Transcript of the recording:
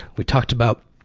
we talked about